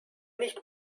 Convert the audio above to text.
nicht